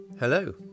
Hello